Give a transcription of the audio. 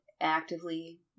actively